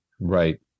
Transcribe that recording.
right